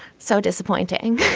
so disappointing